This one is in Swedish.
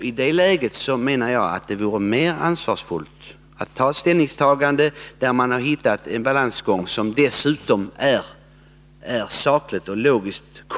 I det läget menar jag att det vore mera ansvarsfullt att göra ett ställningstagande, där man har hittat fram till en balansgång som konstitutionellt sett är saklig och logisk.